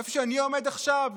איפה שאני עומד עכשיו,